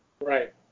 Right